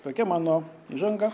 tokia mano įžanga